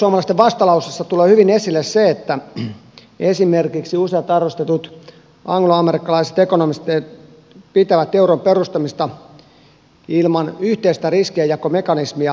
perussuomalaisten vastalauseessa tulee hyvin esille se että esimerkiksi useat arvostetut angloamerikkalaiset ekonomistit pitävät euron perustamista ilman yhteistä riskienjakomekanismia suurena virheenä